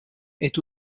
est